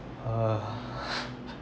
uh